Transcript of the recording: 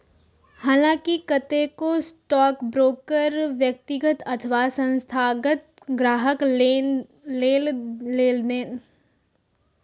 हलांकि कतेको स्टॉकब्रोकर व्यक्तिगत अथवा संस्थागत ग्राहक लेल लेनदेन करै छै